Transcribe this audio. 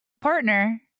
Partner